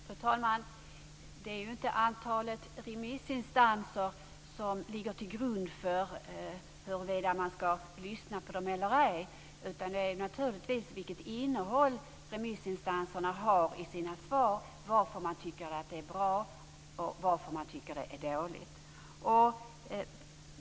Fru talman! Det är inte antalet remissinstanser som ligger till grund för huruvida man ska lyssna på dem eller ej, utan det är naturligtvis vilket innehåll remissinstanserna har i sina svar, dvs. varför man tycker att något är bra och varför man tycker att något är dåligt.